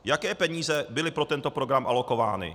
Jaké peníze byly pro tento program alokovány?